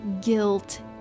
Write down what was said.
guilt